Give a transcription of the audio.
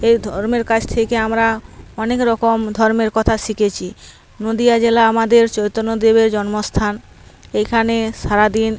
এই ধর্মের কাছ থেকে আমরা অনেক রকম ধর্মের কথা শিখেছি নদীয়া জেলা আমাদের চৈতন্যদেবের জন্মস্থান এইখানে সারা দিন